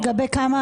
בבקשה.